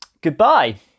Goodbye